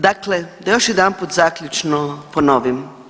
Dakle, da još jedanput zaključno ponovim.